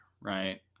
right